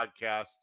podcast